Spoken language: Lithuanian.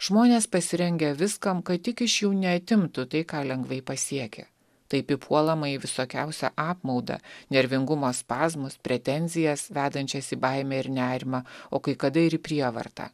žmonės pasirengę viskam kad tik iš jų neatimtų tai ką lengvai pasiekia taip įpuolama į visokiausią apmaudą nervingumo spazmus pretenzijas vedančias į baimę ir nerimą o kai kada ir į prievartą